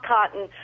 Cotton